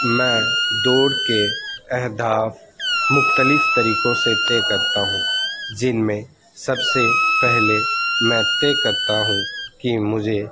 میں دوڑ کے اہداف مختلف طریقوں سے طے کرتا ہوں جن میں سب سے پہلے میں طے کرتا ہوں کہ مجھے